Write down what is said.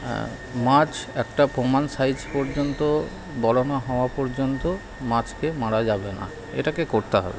হ্যাঁ মাছ একটা প্রমাণ সাইজ পর্যন্ত বড় না হওয়া পর্যন্ত মাছকে মারা যাবে না এটাকে করতে হবে